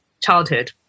childhood